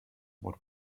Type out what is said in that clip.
what